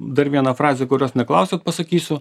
dar vieną frazę kurios neklausėt pasakysiu